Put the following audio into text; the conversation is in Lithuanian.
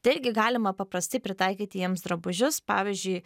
taigi galima paprastai pritaikyti jiems drabužius pavyzdžiui